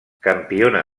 campiona